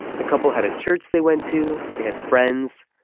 the couple had a church they went to. they had friends.